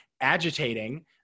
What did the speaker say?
agitating